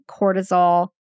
cortisol